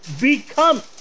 become